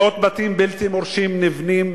מאות בתים בלתי מורשים נבנים